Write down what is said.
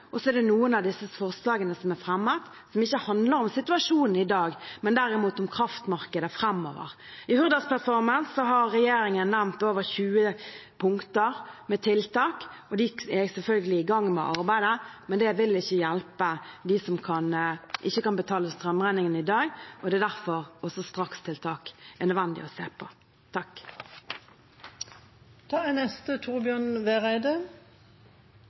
Så er det noen av disse forslagene som er fremmet, som ikke handler om situasjonen i dag, men derimot om kraftmarkedet framover. I Hurdalsplattformen har regjeringen nevnt over 20 punkter med tiltak, og vi er selvfølgelig i gang med arbeidet, men det vil ikke hjelpe dem som ikke kan betale strømregningen i dag. Det er derfor disse strakstiltakene er nødvendig å se på. SFO er